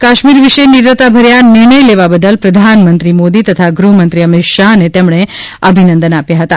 કાશ્મીર વિશે નિડરતાભર્યા નિર્ણય લેવા બદલ પ્રધાનમંત્રી મોદી તથા ગૃહમંત્રી અમિત શાહને તેમજ્ઞે અભિનંદન આપ્યા હતા